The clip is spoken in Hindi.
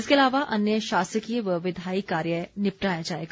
इसके अलावा अन्य शासकीय व विधायी कार्य निपटाया जाएगा